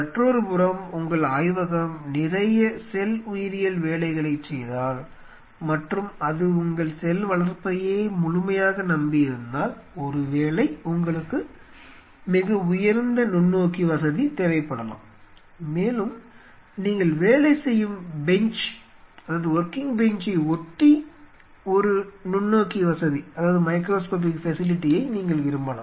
மற்றொருபுறம் உங்கள் ஆய்வகம் நிறைய செல் உயிரியல் வேலைகளைச் செய்தால் மற்றும் அது உங்கள் செல் வளர்ப்பையே முழுமையாக நம்பியிருந்தால் ஒருவேளை உங்களுக்கு மிக உயர்ந்த நுண்ணோக்கி வசதி தேவைப்படலாம் மேலும் நீங்கள் வேலை செய்யும் பெஞ்சை ஒட்டி ஒரு நுண்ணோக்கி வசதியை நீங்கள் விரும்பலாம்